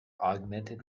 augmented